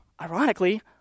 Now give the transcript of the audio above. ironically